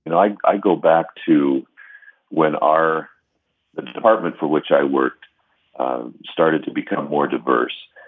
and i'd i'd go back to when our the department for which i worked started to become more diverse.